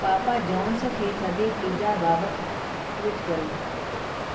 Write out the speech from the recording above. पापा John's खे थधे pizza बाबति ट्विट करियो